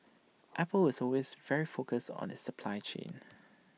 apple is always very focused on its supply chain